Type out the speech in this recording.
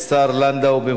ובה